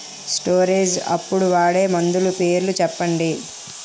Storage అప్పుడు వాడే మందులు పేర్లు చెప్పండీ?